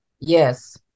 Yes